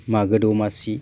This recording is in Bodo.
मागो दमासि